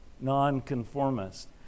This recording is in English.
Nonconformist